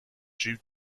jute